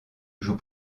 joue